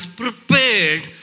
prepared